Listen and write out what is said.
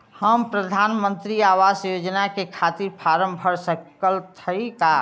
हम प्रधान मंत्री आवास योजना के खातिर फारम भर सकत हयी का?